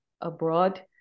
abroad